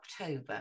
October